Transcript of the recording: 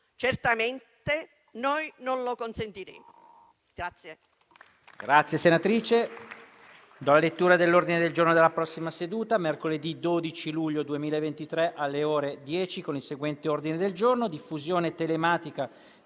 Certamente noi non lo consentiremo.